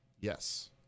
Yes